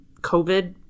COVID